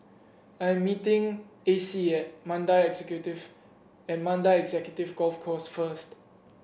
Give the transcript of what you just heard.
I am meeting Acey at Mandai Executive Golf Course first